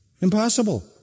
Impossible